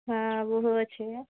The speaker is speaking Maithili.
हँ ओहो छै